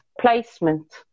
placement